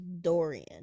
Dorian